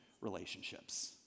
relationships